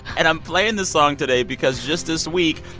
and i'm playing the song today because just this week,